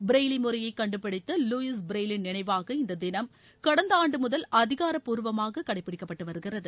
Braille முறையை கண்டுபிடித்த Louis ப்ரெயிலின் நினைவாக இந்த தினம் கடந்த ஆண்டு முதல் அதிகாரப்பூர்வமாக கடைப்பிடிக்கப்பட்டு வருகிறது